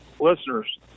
listeners